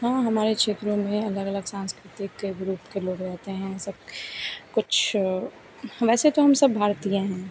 हाँ हमारे क्षेत्रों में अलग अलग सांस्कृतिक के ग्रुप के लोग रहते हैं सब कुछ वैसे तो हम सब भारतीय हैं